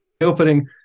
opening